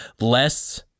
less